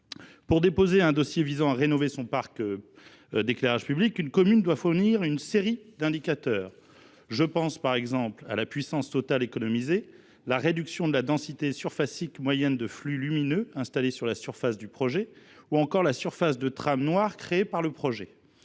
Pour déposer un dossier visant à rénover son parc d’éclairage public, une commune doit fournir une série d’indicateurs. Je pense en particulier à la puissance totale économisée, à la réduction de la densité surfacique moyenne de flux lumineux installé sur la surface du projet ou encore à la surface de trame noire créée par le projet.